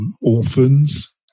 orphans